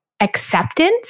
acceptance